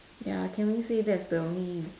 ya can we say that's the only